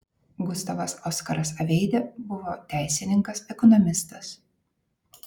gustavas oskaras aveidė buvo teisininkas ekonomistas